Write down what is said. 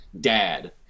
dad